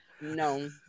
No